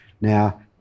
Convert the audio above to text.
Now